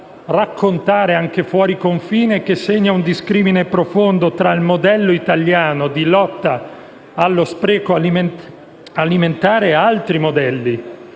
raccontare anche fuori confine e che segna un discrimine profondo tra il modello italiano di lotta allo spreco alimentare e altri modelli.